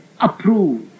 approve